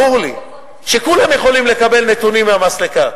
ברור לי שכולם יכולים לקבל נתונים מהמסלקה,